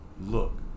Look